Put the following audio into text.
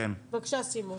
בבקשה סימון.